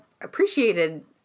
appreciated